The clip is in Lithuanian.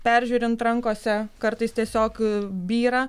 peržiūrint rankose kartais tiesiog byra